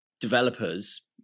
developers